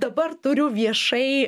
dabar turiu viešai